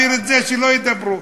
בשפה העממית נגיד שזה סיפוח זוחל,